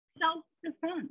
self-defense